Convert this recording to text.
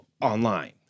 online